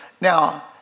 Now